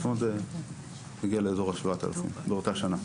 זאת אומרת זה מגיע לאזור ה-7,000 באותה שנה.